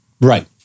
Right